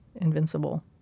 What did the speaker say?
invincible